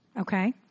Okay